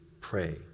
pray